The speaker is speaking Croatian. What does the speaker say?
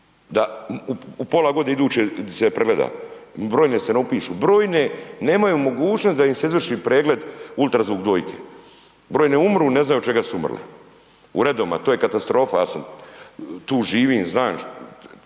da u pola godine iduće se pregleda, brojne se ne upišu, brojne nemaju mogućnost da im se izvrši pregled ultrazvuk dojke, brojne umru, ne znaju od čega su umrli, u redovima, to je katastrofa, ja sam, tu živim, znam,